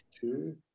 Two